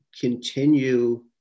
continue